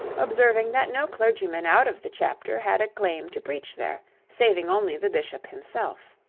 observing that no clergyman out of the chapter had a claim to preach there, saving only the bishop himself.